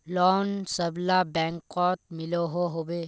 Loan सबला बैंकोत मिलोहो होबे?